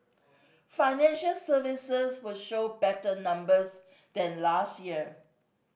financial services will show better numbers than last year